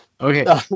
Okay